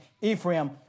Ephraim